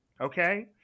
okay